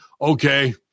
okay